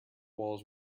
walls